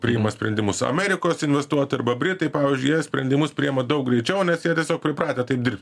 priima sprendimus amerikos investuotoj arba britai pavyzdžiui jie sprendimus priima daug greičiau nes jie tiesiog pripratę taip dir